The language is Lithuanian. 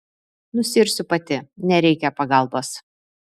nusiirsiu pati nereikia pagalbos